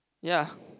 ya